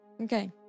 Okay